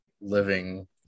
living